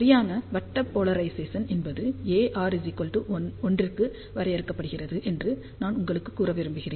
சரியான வட்ட போலரைசேசன் என்பது AR 1 க்கு வரையறுக்கப்படுகிறது என்று நான் உங்களுக்கு கூற விரும்புகிறேன்